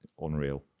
Unreal